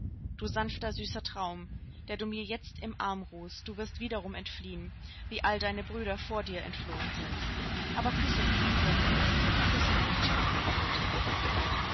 du sanfter süßer traum der du mir jetzt im arm ruhst du wirst wiederum entfliehen wie all deine brüder vor dir entflohen sind aber küsse mich bevor du gehst küß mich jane geliebte